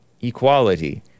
Equality